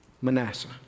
Manasseh